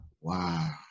Wow